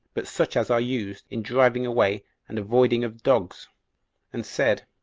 but such as are used in driving away and avoiding of dogs and said,